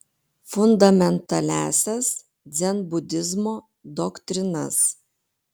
fundamentaliąsias dzenbudizmo doktrinas